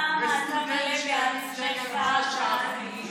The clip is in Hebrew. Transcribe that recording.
סטודנטים שירימו דגל של אש"ף לא,